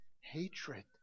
hatred